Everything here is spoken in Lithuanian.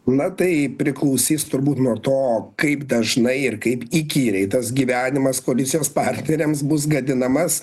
na tai priklausys turbūt nuo to kaip dažnai ir kaip įkyriai tas gyvenimas koalicijos partneriams bus gadinamas